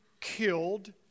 killed